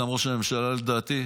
גם ראש הממשלה לדעתי,